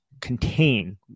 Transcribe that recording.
contain